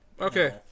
Okay